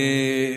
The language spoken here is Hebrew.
אני,